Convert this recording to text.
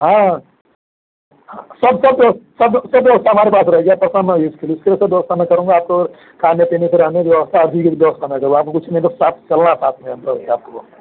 हाँ सब सब ब्यवस सब सब व्यवस्था हमारे पास रहेगी आप परेशान न होइए इसके लिए से सब व्यवस्था मैं करूंगा आप खाने पीने रहने की व्यवस्था जीने की व्यवस्था मैं करवा दूंगा कुछ नहीं बस आप चलना साथ में बस आपको